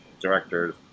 directors